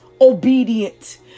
obedient